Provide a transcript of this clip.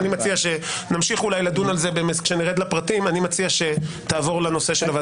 אני מציע שתעבור מאחר שהנושא הזה של התחולה